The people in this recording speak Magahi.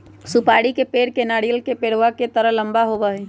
सुपारी के पेड़ नारियल के पेड़वा के तरह लंबा होबा हई